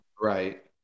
Right